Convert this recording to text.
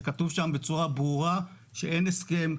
שכתוב בה שאין הסכם,